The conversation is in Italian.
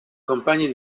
compagni